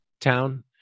town